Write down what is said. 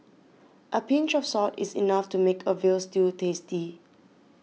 a pinch of salt is enough to make a Veal Stew tasty